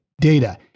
data